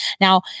now